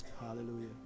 Hallelujah